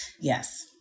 yes